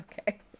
Okay